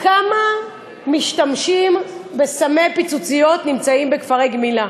כמה משתמשים בסמי פיצוציות נמצאים בכפרי גמילה.